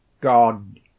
God